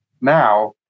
now